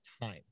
time